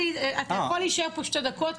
אתה יכול להישאר פה שתי דקות?